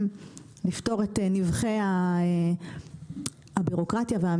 הביורוקרטיה והמשרדים הממשלתיים שהם הכרחיים.